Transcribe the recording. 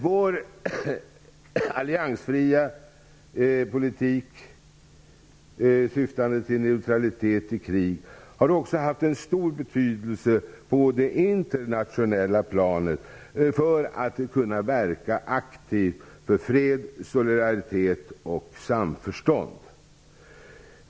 Vår alliansfria politik syftande till neutralitet i krig har också haft en stor betydelse på det internationella planet för att vi skall kunna verka aktivt för fred, solidaritet och samförstånd.